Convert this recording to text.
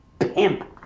Pimp